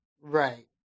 Right